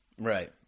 Right